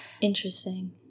Interesting